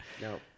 No